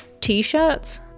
t-shirts